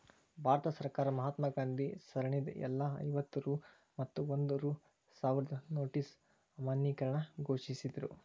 ಭಾರತ ಸರ್ಕಾರ ಮಹಾತ್ಮಾ ಗಾಂಧಿ ಸರಣಿದ್ ಎಲ್ಲಾ ಐವತ್ತ ರೂ ಮತ್ತ ಒಂದ್ ರೂ ಸಾವ್ರದ್ ನೋಟಿನ್ ಅಮಾನ್ಯೇಕರಣ ಘೋಷಿಸಿದ್ರು